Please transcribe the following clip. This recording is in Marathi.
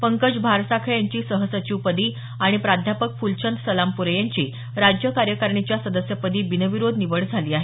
पंकज भारसाखळे यांची सहसचिवपदी आणि प्राध्यापक फुलचंद सलामपुरे यांची राज्य कार्यकारिणीच्या सदस्यपदी बिनविरोध निवड झाली आहे